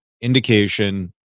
indication